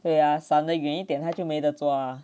对呀散的远一点他就没得抓啊